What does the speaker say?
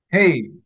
Hey